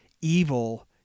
evil